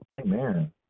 Amen